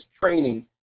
training